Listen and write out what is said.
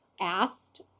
asked